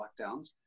lockdowns